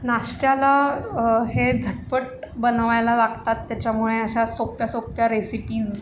नाश्त्याला हे झटपट बनवायला लागतात त्याच्यामुळे अशा सोप्या सोप्या रेसिपीज